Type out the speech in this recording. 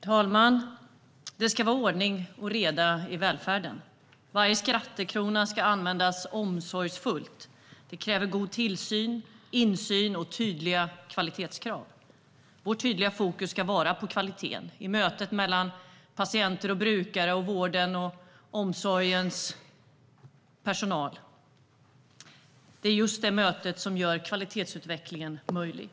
Herr talman! Det ska vara ordning och reda i välfärden. Varje skattekrona ska användas omsorgsfullt. Det kräver god tillsyn, insyn och tydliga kvalitetskrav. Vårt tydliga fokus ska vara på kvaliteten i mötet mellan patienter och brukare och vårdens och omsorgens personal. Det är just det mötet som gör kvalitetsutvecklingen möjlig.